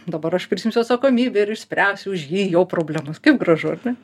dabar aš prisiimsiu atsakomybę ir išspręsiu už jį jo problemos kaip gražu ar ne